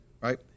right